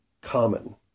common